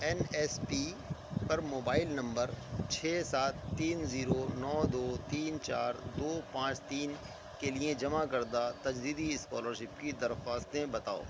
N S P پر mobile number چھ سات تین زیرو نو دو تین چار دو پانچ تین کے لیے جمع کردہ تجدیدی اسکالرشپ کی درخواستیں بتاؤ